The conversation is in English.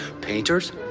painters